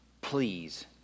please